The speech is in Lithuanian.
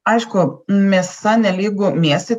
aišku mėsa nelygu mėsai